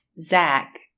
Zach